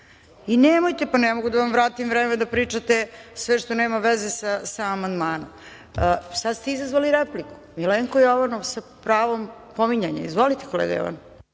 nemojte, ne mogu da vam vratim vreme da pričate sve što nema veze sa amandmanom. Sada ste izazvali repliku, Milenko Jovanov s pravom, pominjanje, izvolite. **Milenko Jovanov**